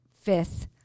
fifth